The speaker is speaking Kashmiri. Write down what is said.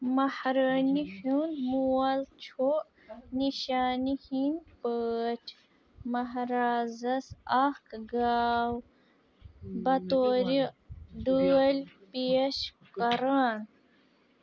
مہرٲنہِ ہُنٛد مول چھُ نِشانہِ ہِنٛدۍ پٲٹھۍ مہرازَس اکھ گاو بطورِ ڈٲلۍ پیش کران